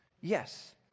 yes